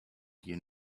here